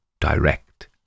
direct